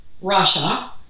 Russia